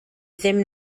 ddim